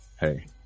hey